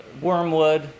wormwood